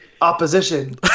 opposition